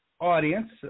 audience